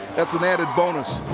that's an added bonus.